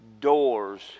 doors